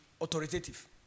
authoritative